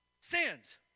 Sins